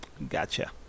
Gotcha